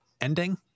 ending